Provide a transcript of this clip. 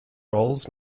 rolls